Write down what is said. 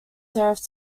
serif